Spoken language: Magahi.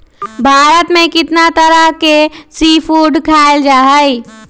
भारत में कितना तरह के सी फूड खाल जा हई